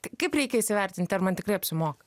ta kaip reikia įsivertint ar man tikrai apsimoka